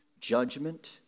judgment